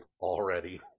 already